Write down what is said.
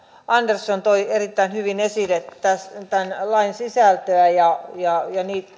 andersson toi erittäin hyvin esille tämän lain sisältöä ja ja